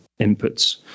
inputs